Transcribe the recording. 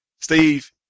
Steve